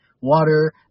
water